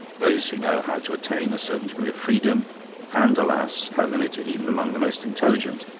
those who know how to attain a certain degree of freedom and, alas, how limited, even among the most intelligent,